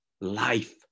life